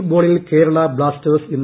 ഫുട്ബോളിൽ കേരള ബ്ലാസ്റ്റേഴ്സ് ഇന്ന്